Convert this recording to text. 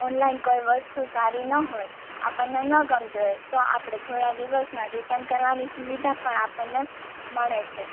online કોઈ વસ્તુ સારી ન હોય આપણને ન ગમતી હોય તો આપળે થોડા દિવસમાં રિટર્ન કરવાની સુવિધા પણ આપણને મળે છે